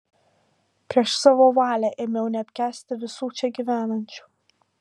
prieš savo valią ėmiau neapkęsti visų čia gyvenančių